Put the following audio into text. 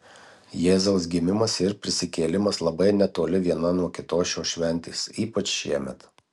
jėzaus gimimas ir prisikėlimas labai netoli viena nuo kitos šios šventės ypač šiemet